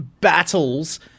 battles